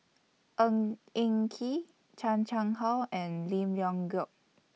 Ng Eng Kee Chan Chang How and Lim Leong Geok